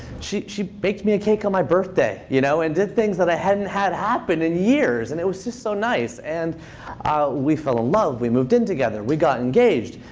she she baked me a cake on my birthday, you know and did things that i hadn't had happen in years. and it was just so nice. and we fell in love. we moved in together. we got engaged.